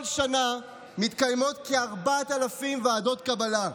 כל שנה מתקיימות כ-4,000 ועדות קבלה,